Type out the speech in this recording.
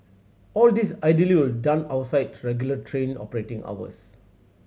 all this ideally would done outside regular train operating hours